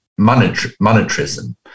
monetarism